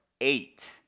eight